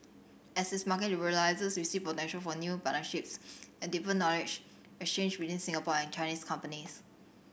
as its market liberalises we see potential for new partnerships and deeper knowledge exchange between Singapore and Chinese companies